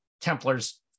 Templar's